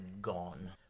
gone